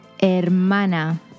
hermana